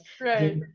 Right